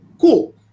Cool